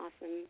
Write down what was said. awesome